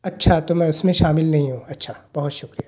اچّھا تو میں اس میں شامل نہیں ہوں اچّھا بہت شکریہ